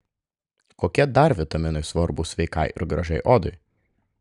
kokie dar vitaminai svarbūs sveikai ir gražiai odai